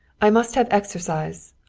i must have exercise,